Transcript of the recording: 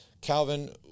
Calvin